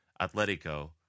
Atletico